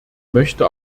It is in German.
möchte